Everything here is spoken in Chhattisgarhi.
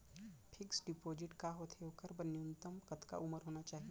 फिक्स डिपोजिट का होथे ओखर बर न्यूनतम कतका उमर होना चाहि?